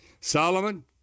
Solomon